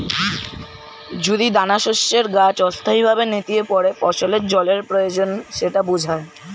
যদি দানাশস্যের গাছ অস্থায়ীভাবে নেতিয়ে পড়ে ফসলের জলের প্রয়োজন সেটা বোঝায়